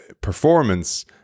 performance